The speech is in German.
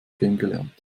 kennengelernt